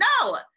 No